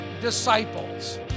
disciples